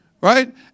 right